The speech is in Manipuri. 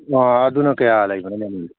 ꯑꯪ ꯑꯗꯨꯅ ꯀꯌꯥ ꯂꯩꯕꯅꯣ ꯃꯃꯜꯁꯦ